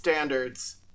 standards